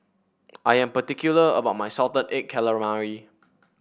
I am particular about my Salted Egg Calamari